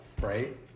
right